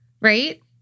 right